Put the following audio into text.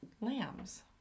Lambs